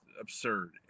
absurd